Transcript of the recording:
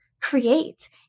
create